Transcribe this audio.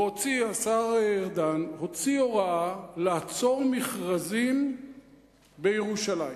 והשר ארדן הוציא הוראה לעצור מכרזים בירושלים.